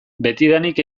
betidanik